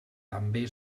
també